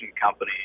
company